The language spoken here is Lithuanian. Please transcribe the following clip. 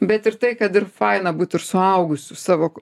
bet ir tai kad ir faina būt ir suaugusiu savo